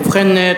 ובכן,